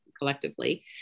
collectively